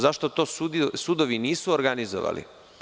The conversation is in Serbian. Zašto to sudovi nisu organizovali?